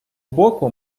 боку